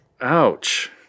Ouch